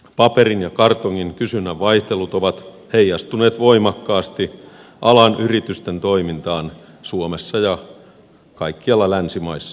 paperin ja kartongin kysynnän vaihtelut ovat heijastuneet voimakkaasti alan yritysten toimintaan suomessa ja kaikkialla länsimaissa